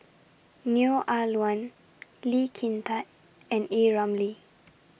Neo Ah Luan Lee Kin Tat and A Ramli